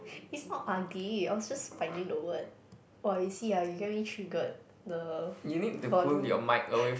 it's not ugly I was just finding the word !wah! you see ah you get me triggered the volume